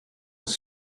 was